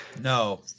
No